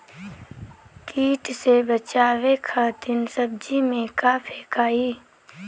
कीट से बचावे खातिन सब्जी में का फेकाई?